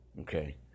Okay